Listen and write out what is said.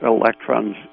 electrons